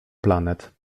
planet